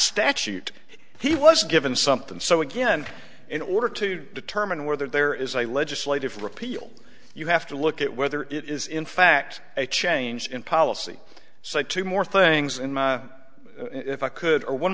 bastow he was given something so again in order to determine whether there is a legislative repeal you have to look at whether it is in fact a change in policy so two more things in my if i could a one